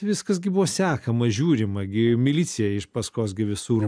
viskas gi buvo sekama žiūrima gi milicija iš paskos gi visur